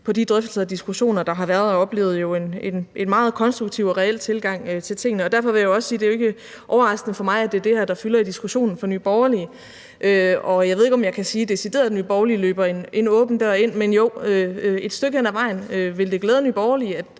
på de drøftelser og diskussioner, der har været, og jeg oplevede en meget konstruktiv og reel tilgang til tingene. Derfor vil jeg også sige, at det ikke er overraskende for mig, at det er det her, der fylder i diskussionen for Nye Borgerlige. Og jeg ved ikke, om jeg decideret kan sige, at Nye Borgerlige løber en åben dør ind. Men jo, et stykke hen ad vejen vil det glæde Nye Borgerlige,